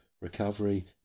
recovery